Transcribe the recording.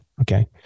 Okay